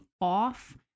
off